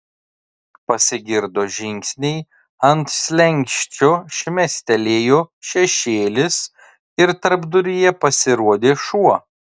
pasigirdo žingsniai ant slenksčio šmėstelėjo šešėlis ir tarpduryje pasirodė šuo